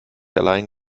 allein